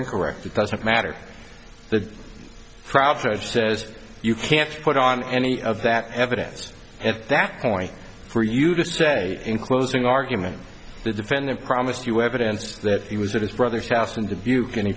incorrect it doesn't matter the crowd sort of says you can't put on any of that evidence at that point for you to say in closing argument the defendant promised you evidence that he was at his brother's house in dubuque an